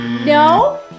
No